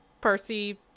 Percy